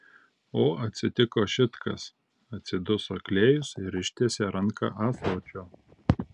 o atsitiko šit kas atsiduso klėjus ir ištiesė ranką ąsočio